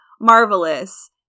marvelous